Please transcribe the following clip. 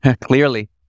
Clearly